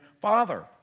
father